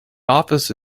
office